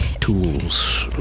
tools